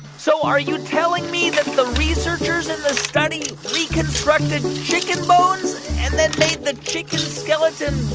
so are you telling me that the researchers in the study reconstructed chicken bones and then made the chicken skeleton